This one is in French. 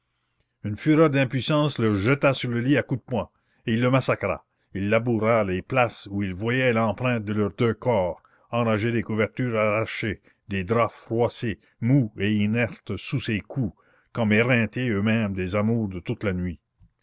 une fureur d'impuissance le jeta sur le lit à coups de poing et il le massacra et il laboura les places où il voyait l'empreinte de leurs deux corps enragé des couvertures arrachées des draps froissés mous et inertes sous ses coups comme éreintés eux-mêmes des amours de toute la nuit